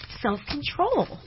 self-control